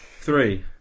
Three